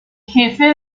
jefe